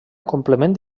complement